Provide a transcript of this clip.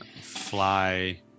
fly